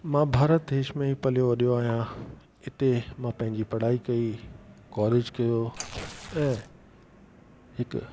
मां भारत देश में ई पलियो वॾो आहियां इते मां पंहिंजी पढ़ाई कई कॉलेज कयो ऐं हिकु